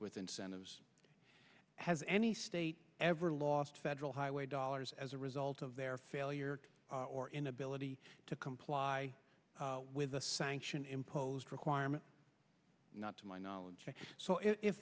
with incentives has any state ever lost federal highway dollars as a result of their failure or inability to comply with the sanction imposed requirement not to my knowledge so if